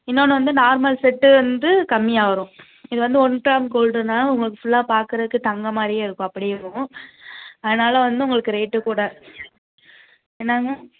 இன்னோன்னு வந்து normal set வந்து கம்மியாக வரும் இது வந்து ஒன் கிராம் கோல்டுன்னால் உங்களுக்கு ஃபுல்லாக பார்க்குறதுக்கு தங்கம் மாதிரியே இருக்கும் அப்படியே இருக்கும் அதனால் வந்து உங்களுக்கு ரேட்டு கூட என்ன மேம்